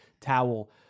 towel